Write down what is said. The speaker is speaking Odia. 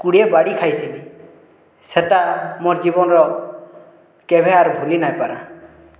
କୋଡ଼ିଏ ବାଡ଼ି ଖାଇଥିନି ସେଇଟା ମୋର୍ ଜୀବନ ର କେବେ ଆର୍ ଭୁଲି ନାଇଁ ପାରନ୍